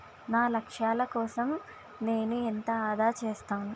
నా లక్ష్యాల కోసం నేను ఎంత ఆదా చేస్తాను?